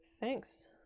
Thanks